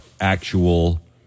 actual